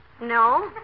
No